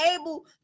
able